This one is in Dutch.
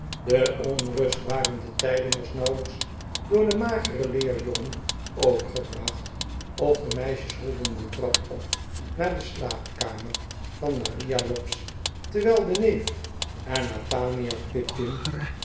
de onrustbarende tijding was nauwelijks door den mageren leerjongen overgebracht of de meisjes holden de trap op naar de slaapkamer van maria lobbs terwijl de neef en nathaniel